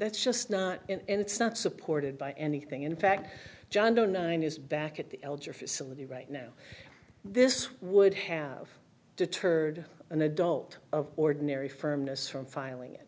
that's just not and it's not supported by anything in fact john doe nine is back at the elder facility right now this would have deterred an adult of ordinary firmness from filing it